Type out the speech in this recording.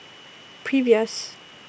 previous